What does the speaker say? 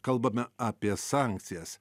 kalbame apie sankcijas